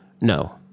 no